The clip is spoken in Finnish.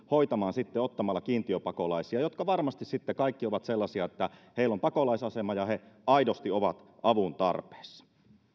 hoitamaan ottamalla mieluummin kiintiöpakolaisia jotka varmasti kaikki ovat sellaisia että heillä on pakolaisasema ja he aidosti ovat avun tarpeessa